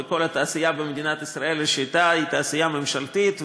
כל התעשייה במדינת ישראל היא תעשייה ממשלתית,